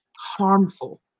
harmful